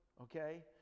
okay